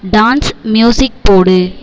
dance music போடு